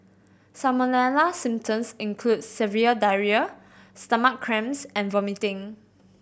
salmonella symptoms includes severe diarrhoea stomach cramps and vomiting